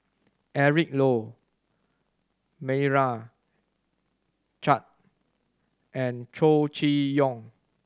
Eric Low Meira Chand and Chow Chee Yong